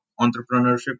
entrepreneurship